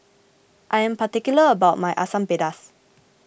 I am particular about my Asam Pedas